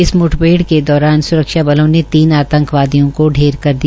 इस मूठभेड़ के दौरान सुरक्षा बलो ने तीन आंतकवादियों के ऐर कर दिया